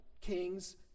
kings